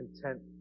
content